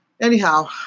Anyhow